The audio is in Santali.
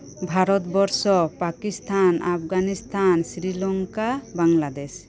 ᱵᱷᱟᱨᱚᱛ ᱵᱚᱨᱥᱚ ᱯᱟᱠᱤᱥᱛᱷᱟᱱ ᱟᱯᱷᱜᱟᱱᱤᱥᱛᱷᱟᱱ ᱥᱨᱤᱞᱚᱝᱠᱟ ᱵᱟᱝᱞᱟᱫᱮᱹᱥ